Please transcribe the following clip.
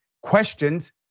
questions